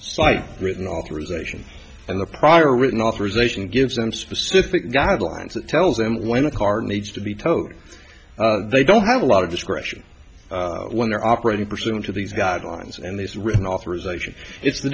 site written authorization and the prior written authorization gives them specific guidelines that tells them when a car needs to be towed they don't have a lot of discretion when they're operating pursuant to these guidelines and these written authorization it's the